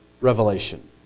revelation